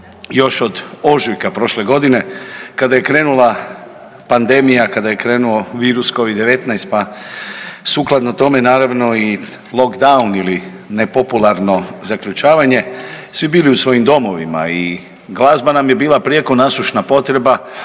još od ožujka prošle godine kada je krenula pandemija, kada je krenuo virus covid-19 pa sukladno tome naravno i lockdown ili nepopularno zaključavanje svi bili u svojim domovima i glazba nam je bila prijeko nasušna potreba,